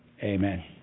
amen